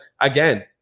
again—